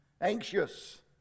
Anxious